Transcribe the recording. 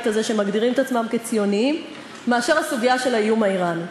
הזה שמגדירים עצמם ציונים מאשר הסוגיה של האיום האיראני.